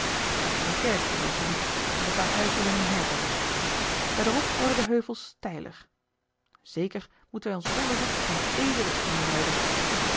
daar staat een kerkje zooals je ziet met een paar huisjes en een herberg verderop worden de heuvels steiler zeker moeten wij ons onderzoek in deze richting leiden